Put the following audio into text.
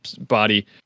body